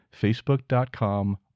facebook.com